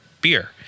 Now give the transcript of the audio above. beer